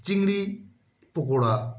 চিংড়ি পকোড়া